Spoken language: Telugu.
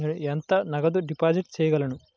నేను ఎంత నగదు డిపాజిట్ చేయగలను?